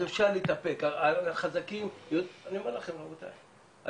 אני אומר לכם רבותיי,